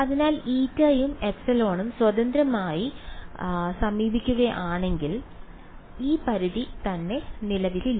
അതിനാൽ η ഉം ε ഉം സ്വതന്ത്രമായി 0 സമീപിക്കുന്നതിനാൽ ഈ പരിധി തന്നെ നിലവിലില്ല